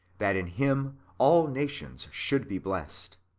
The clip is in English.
that in him all nations should be blessed.